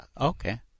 Okay